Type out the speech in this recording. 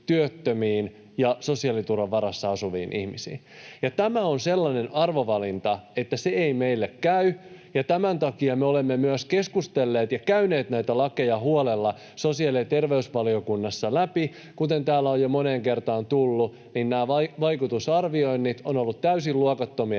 työttömiin ja sosiaaliturvan varassa asuviin ihmisiin. Tämä on sellainen arvovalinta, että se ei meille käy, ja tämän takia me olemme myös keskustelleet ja käyneet näitä lakeja huolella sosiaali- ja terveysvaliokunnassa läpi. Kuten täällä on jo moneen kertaan tullut esiin, nämä vaikutusarvioinnit ovat olleet täysin luokattomia